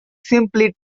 simply